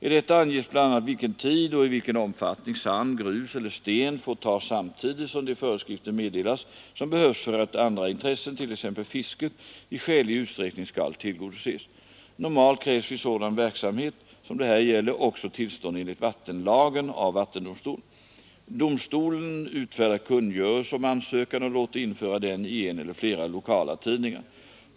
I detta anges bl.a. vilken tid och i vilken omfattning sand, grus eller sten får tas samtidigt som de föreskrifter meddelas, som behövs för att andra intressen — t.ex. fisket i skälig utsträckning skall tillgodoses. Normalt krävs vid sådan verksamhet, som det här gäller, också tillstånd enligt vattenlagen av vattendomstol. Domstolen utfärdar kungörelse om ansökan och låter införa den i en eller flera lokala tidningar.